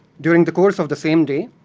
during the course of the same day,